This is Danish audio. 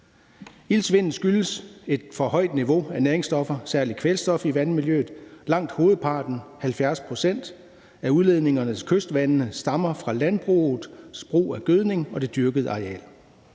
Iltsvindet skyldes et for højt niveau af næringsstoffer, særlig kvælstof, i vandmiljøet. Langt hovedparten, 70 pct., af udledningerne til kystvandene stammer fra landbrugets brug af gødning og det dyrkede areal.